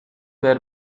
were